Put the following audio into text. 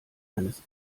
eines